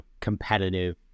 competitive